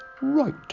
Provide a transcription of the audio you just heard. right